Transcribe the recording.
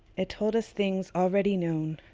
it told us things already known,